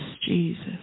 Jesus